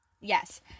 Yes